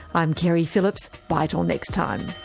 i'm keri phillips, bye till next time